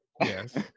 Yes